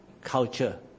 culture